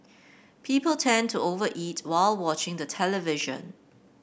people tend to over eat while watching the television